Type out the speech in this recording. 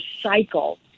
cycle